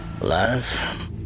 life